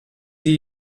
sie